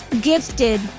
gifted